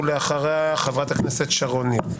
ואחריה חברת הכנסת שרון ניר.